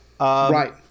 Right